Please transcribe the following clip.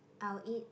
I will eat